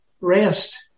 rest